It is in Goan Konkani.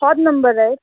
होच नंबर रायट